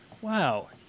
wow